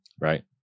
Right